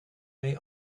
may